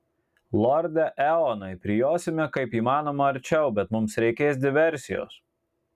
lorde eonai prijosime kaip įmanoma arčiau bet mums reikės diversijos